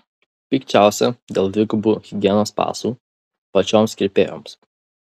pikčiausia dėl dvigubų higienos pasų pačioms kirpėjoms